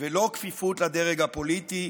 ולא כפיפות לדרג הפוליטי,